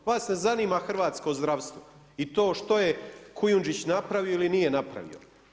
Vas ne zanima hrvatsko zdravstvo i to što je Kujundžić napravio ili nije napravio.